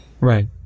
Right